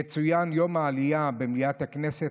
יצוין יום העלייה במליאת הכנסת.